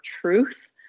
truth